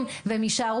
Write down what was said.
יש היום